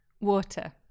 Water